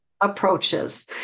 approaches